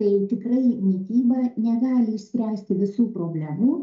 tai tikrai mityba negali išspręsti visų problemų